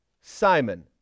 Simon